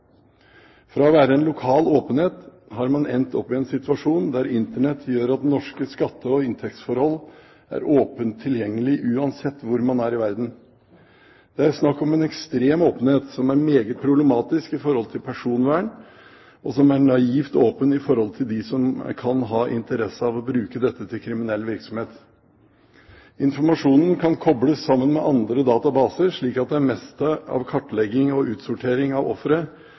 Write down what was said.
Fra å være en lokal åpenhet har man endt opp i en situasjon der Internett gjør at norske skatte- og inntektsforhold er åpent tilgjengelig uansett hvor man er i verden. Det er snakk om en ekstrem åpenhet som er meget problematisk med hensyn til personvern, og som er naivt åpen for dem som kan ha interesse av å bruke dette til kriminell virksomhet. Informasjonen kan kobles sammen med andre databaser, slik at det meste av kartlegging og utsortering av